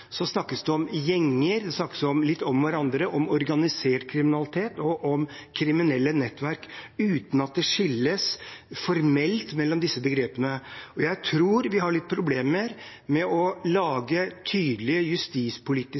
snakkes det om gjenger, og det snakkes litt om hverandre om organisert kriminalitet og om kriminelle nettverk uten at det skilles formelt mellom disse begrepene. Jeg tror vi har litt problemer med å lage tydelige